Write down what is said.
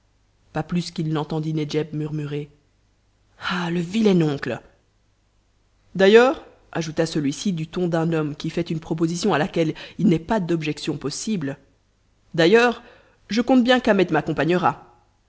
pas plus qu'il n'entendit nedjeb murmurer ah le vilain oncle d'ailleurs ajouta celui-ci du ton d'un homme qui fait une proposition à laquelle il n'est pas d'objection possible d'ailleurs je compte bien qu'ahmet m'accompagnera